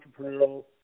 entrepreneurial